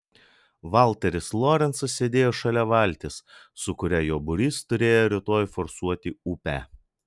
valteris lorencas sėdėjo šalia valties su kuria jo būrys turėjo rytoj forsuoti upę